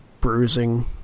bruising